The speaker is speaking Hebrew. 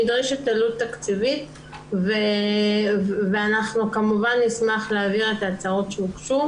נדרשת עלות תקציבית ואנחנו כמובן נשמח להעביר את ההצעות שהוגשו.